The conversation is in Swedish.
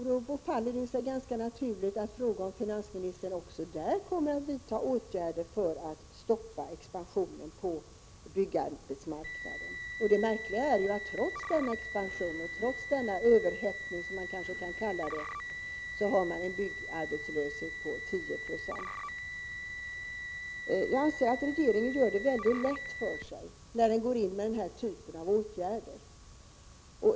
Då faller det sig naturligt att fråga om finansministern också där kommer att vidta åtgärder för att stoppa expansionen på byggarbetsmarknaden. Det märkliga är att trots denna expansion och trots denna överhettning, som man kanske kan kalla det, har man en byggarbetslöshet på 10 90. Jag anser att regeringen gör det mycket lätt för sig när den går in med den här typen av åtgärder.